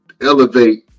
elevate